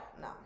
no